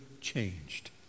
changed